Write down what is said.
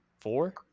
Four